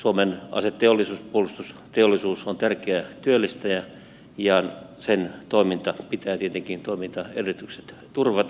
suomen aseteollisuus puolustusteollisuus on tärkeä työllistäjä ja sen toimintaedellytykset pitää tietenkin turvata